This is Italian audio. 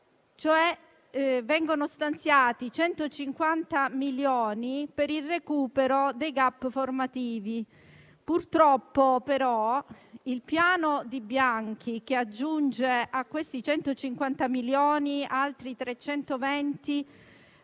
vengono stanziati 150 milioni per il recupero dei *gap* formativi. Purtroppo, però, il piano del ministro Bianchi, che aggiunge a questi 150 milioni altri 320 a